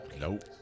Nope